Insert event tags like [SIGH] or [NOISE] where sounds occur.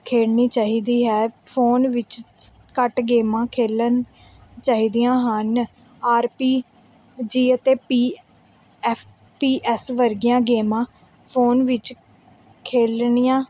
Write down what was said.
ਖੇਡਣੀ ਚਾਹੀਦੀ ਹੈ ਫੋਨ ਵਿੱਚ [UNINTELLIGIBLE] ਘੱਟ ਗੇਮਾਂ ਖੇਡਣ ਚਾਹੀਦੀਆਂ ਹਨ ਆਰ ਪੀ ਜੀ ਅਤੇ ਪੀ ਐੱਫ ਪੀ ਐਸ ਵਰਗੀਆਂ ਗੇਮਾਂ ਫੋਨ ਵਿੱਚ ਖੇਡਣੀਆਂ